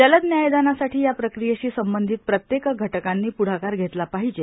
जलद न्यायदानासाठी या प्रकियेशी संबंधित प्रत्येक घटकांनी प्ढाकार घेतला पाहिजे